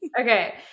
Okay